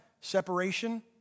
separation